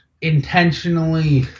intentionally